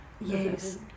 Yes